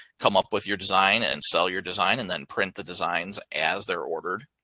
come up with your design and sell your design and then print the designs as they're ordered.